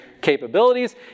capabilities